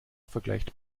vergleicht